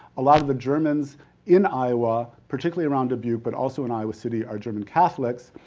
a lot the germans in iowa, particularly around dubuque, but also in iowa city are german catholics.